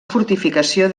fortificació